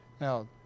Now